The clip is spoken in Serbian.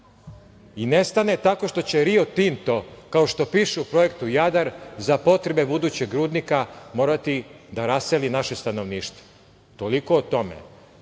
i nestane tako što će Rio Tinto, kao što piše u Projektu „Jadar“ za potrebe budućeg rudnika morati da raseli naše stanovništvo. Toliko o